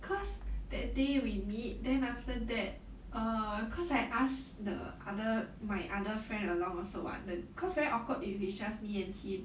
cause that day we meet then after that err cause I asked the other my other friend along also [what] the cause very awkward if it's just me and him